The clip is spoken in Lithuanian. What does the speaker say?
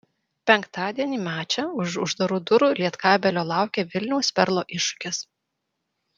penktadienį mače už uždarų durų lietkabelio laukia vilniaus perlo iššūkis